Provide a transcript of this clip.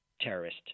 Terrorist